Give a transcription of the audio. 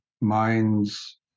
minds